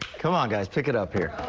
come on, guys. pick it up here.